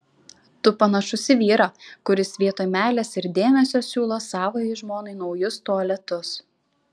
tu panašus į vyrą kuris vietoj meilės ir dėmesio siūlo savajai žmonai naujus tualetus